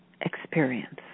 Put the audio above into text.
experience